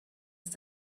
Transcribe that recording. ist